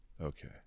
Okay